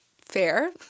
fair